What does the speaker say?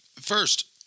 first